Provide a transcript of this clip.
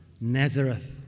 Nazareth